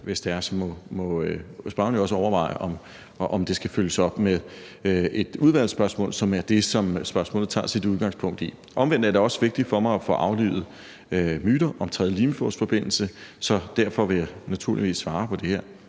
hvis det er, må spørgeren jo også overveje, om det skal følges op med et udvalgsspørgsmål, som er det, som spørgsmålet tager sit udgangspunkt i. Omvendt er det også vigtigt for mig at få aflivet myter om en tredje limfjordsforbindelse, så derfor vil jeg naturligvis svare på det her.